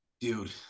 dude